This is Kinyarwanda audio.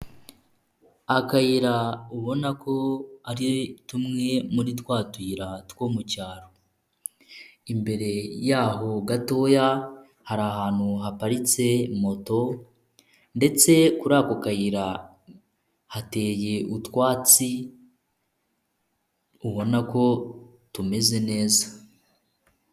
Akayira ubona ko ari tumwe muri twa tuyira two mu cyaro, imbere yaho gatoya hari ahantu haparitse moto ndetse, kuri ako kayira hateye utwatsi ubona ko tumeze neza.